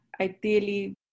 ideally